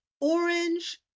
orange